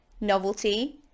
novelty